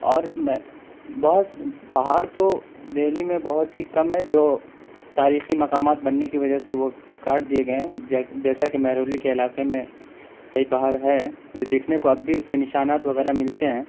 اور میں بہت پہاڑ تو دہلی میں بہت ہی کم ہیں جو تاریخی مقامات بننے کی وجہ سے وہ کاٹ دیے گئے ہیں جیسا کہ مہرولی کے علاقے میں کئی پہاڑ ہیں جو دیکھنے کو اب بھی اس کے نشانات وغیرہ ملتے ہیں